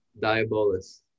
Diabolus